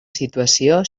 situació